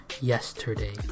Yesterday